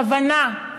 כוונה,